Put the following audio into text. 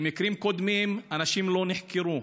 במקרים קודמים אנשים לא נחקרו,